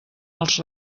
els